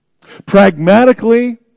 Pragmatically